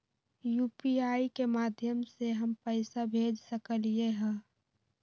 UPI के माध्यम से हम पैसा भेज सकलियै ह?